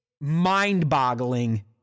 mind-boggling